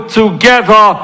together